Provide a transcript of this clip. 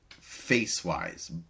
face-wise